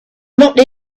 not